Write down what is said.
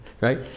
right